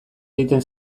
egiten